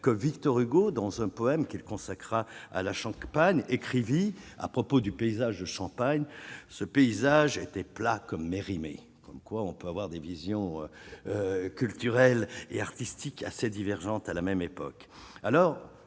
que Victor Hugo dans un poème qu'il consacra à la Champagne écrivit à propos du paysage de champagne ce paysage a été plat comme Mérimée comme quoi on peut avoir des visions culturelles et artistiques assez divergentes à la même époque, alors